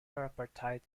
tripartite